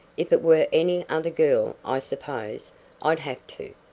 if it were any other girl i suppose i'd have to,